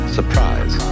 Surprise